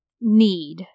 Need